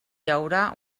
haurà